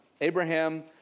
Abraham